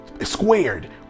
squared